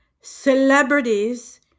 celebrities